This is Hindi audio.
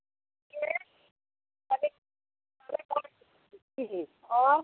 जी जी और